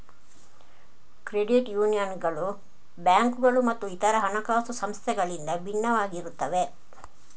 credit ಯೂನಿಯನ್ಗಳು ಬ್ಯಾಂಕುಗಳು ಮತ್ತು ಇತರ ಹಣಕಾಸು ಸಂಸ್ಥೆಗಳಿಂದ ಭಿನ್ನವಾಗಿರುತ್ತವೆ